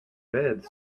bed